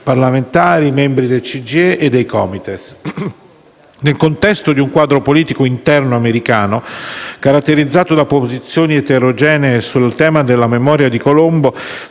all'estero (CGIE) e dei Comites. Nel contesto di un quadro politico interno americano, caratterizzato da posizioni eterogenee sul tema della memoria di Colombo,